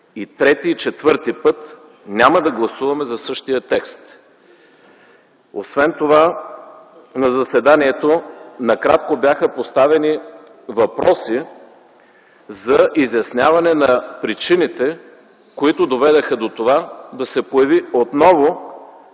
и трети и четвърти път няма да гласуваме за същия текст. Освен това на заседанието накратко бяха поставени въпроси за изясняване на причините, които доведоха да се появи отново